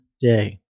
day